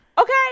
Okay